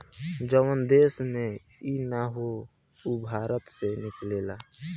जवन देश में ई ना होला उ भारत से किनेला